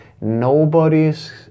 Nobody's